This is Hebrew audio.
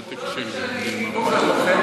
הודעתי שאני עוזב אתכם,